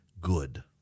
good